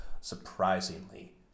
surprisingly